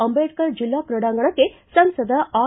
ಅಂಬೇಡ್ಕರ್ ಜಿಲ್ಲಾ ಕ್ರೀಡಾಂಗಣಕ್ಕೆ ಸಂಸದ ಆರ್